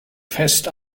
fest